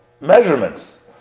measurements